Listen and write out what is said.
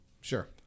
Sure